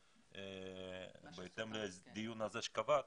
בהתאם לדיון הזה שקבעת.